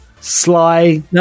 Sly